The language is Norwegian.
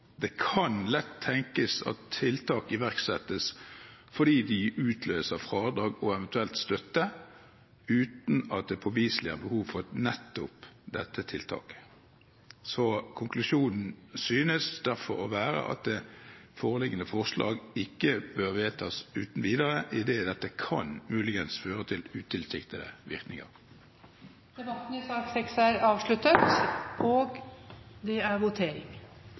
Det kan lett tenkes at tiltak iverksettes fordi de utløser fradrag og eventuelt støtte, uten at det påviselig er behov for nettopp dette tiltaket. Konklusjonen synes derfor å være at det foreliggende forslag ikke bør vedtas uten videre, idet dette muligens kan føre til utilsiktede virkninger. Flere har ikke bedt om ordet til sak nr. 6. Etter at det var ringt til votering, uttalte Da er